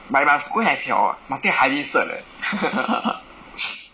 must you must go and have your must take hygiene cert leh